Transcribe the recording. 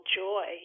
joy